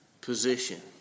position